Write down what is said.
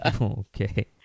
Okay